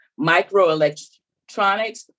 microelectronics